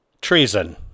treason